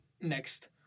next